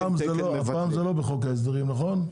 והפעם זה לא בחוק ההסדרים, נכון?